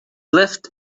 left